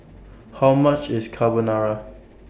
How much IS Carbonara